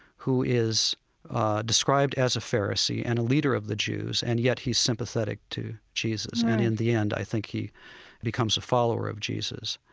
who is described as a pharisee and a leader of the jews, and yet he's sympathetic to jesus. and in the end i think he becomes a follower of jesus.